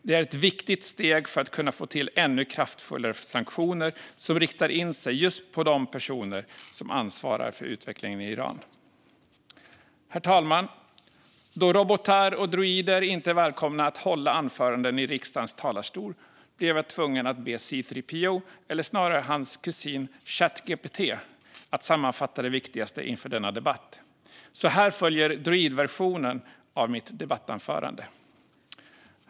Det är ett viktigt steg för att kunna få till ännu kraftfullare sanktioner som riktar in sig på just de personer som ansvarar för utvecklingen i Iran. Herr talman! Då robotar och droider inte är välkomna att hålla anförande i riksdagens talarstol blev jag tvungen att be C-3PO, eller snarare hans kusin Chat GPT, att sammanfatta det viktigaste inför denna debatt. Här följer alltså droidversionen av mitt anförande.